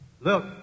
Look